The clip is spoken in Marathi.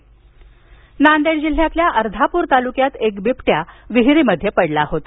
नांदेड बिबट्या नांदेड जिल्ह्यातल्या अर्धापूर तालुक्यात एक बिबट्या विहिरीत पडला होता